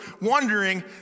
wondering